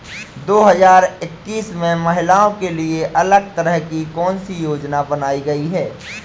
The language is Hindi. दो हजार इक्कीस में महिलाओं के लिए अलग तरह की कौन सी योजना बनाई गई है?